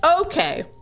okay